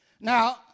Now